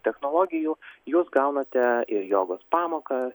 technologijų jūs gaunate ir jogos pamokas